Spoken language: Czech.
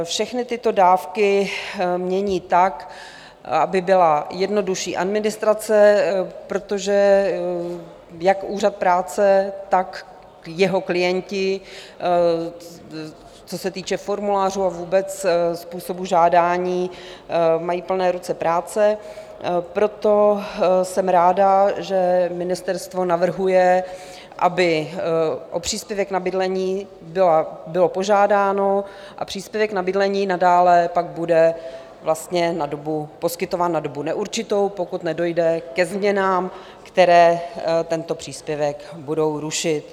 Všechny tyto dávky mění tak, aby byla jednodušší administrace, protože jak úřad práce, tak jeho klienti, co se týče formulářů a vůbec způsobu žádání, mají plné ruce práce, proto jsem ráda, že ministerstvo navrhuje, aby o příspěvek na bydlení bylo požádáno, a příspěvek na bydlení nadále pak bude vlastně poskytován na dobu neurčitou, pokud nedojde ke změnám, které tento příspěvek budou rušit.